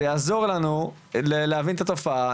זה יעזור לנו להבין את התופעה,